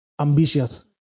ambitious